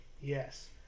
Yes